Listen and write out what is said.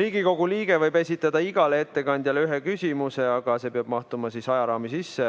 Riigikogu liige võib esitada igale ettekandjale ühe küsimuse, aga see peab mahtuma ajaraami sisse.